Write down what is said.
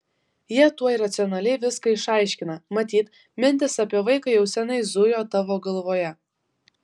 jie tuoj racionaliai viską išaiškina matyt mintis apie vaiką jau seniai zujo tavo galvoje